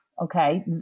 okay